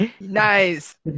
Nice